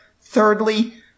Thirdly